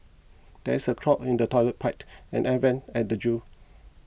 there is a clog in the Toilet Pipe and the Air Vents at the zoo